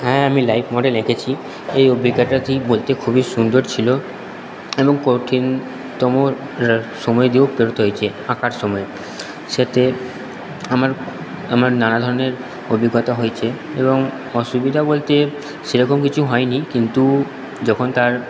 হ্যাঁ আমি live model এঁকেছি এই অভিজ্ঞতাটি বলতে খুবই সুন্দর ছিলো এবং কঠিনতম সময় দিয়েও পেরোতে হয়েছে আঁকার সময় আমার আমার নানা ধরণের অভিজ্ঞতা হয়েছে এবং অসুবিধা বলতে সেরকম কিছু হয় নি কিন্তু যখন তার